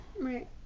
Right